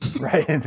right